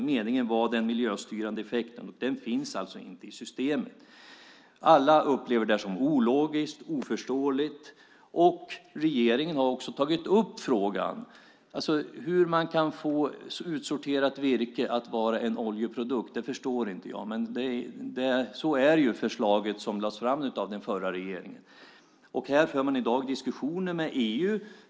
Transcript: Meningen var den miljöstyrande effekten, men den finns alltså inte i systemet. Alla upplever detta som ologiskt och oförståeligt. Regeringen har också tagit upp frågan. Hur man kan få utsorterat virke att vara en oljeprodukt förstår inte jag, men så är det förslag som lades fram av den förra regeringen. Här för man i dag diskussioner med EU.